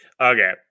Okay